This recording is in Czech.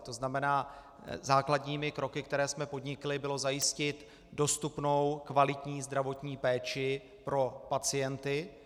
To znamená, základními kroky, které jsme podnikli, bylo zajistit dostupnou kvalitní zdravotní péči pro pacienty.